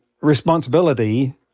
responsibility